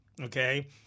Okay